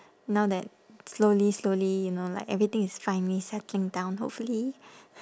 now that slowly slowly you know like everything is finally settling down hopefully